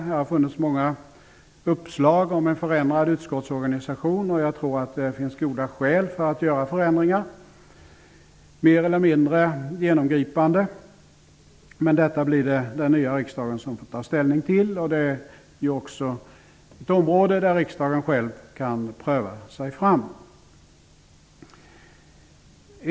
Det har funnits många uppslag om en förändrad utskottsorganisation, och jag tror att det finns goda skäl att genomföra förändringar -- mer eller mindre genomgripande -- men detta får den nya riksdagen ta ställning till. Det är ju också ett område där riksdagen själv kan pröva sig fram.